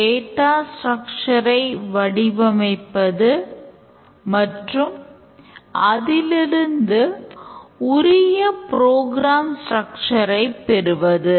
data structure ஐ பெறுவது